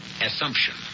assumption